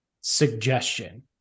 suggestion